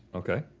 okay.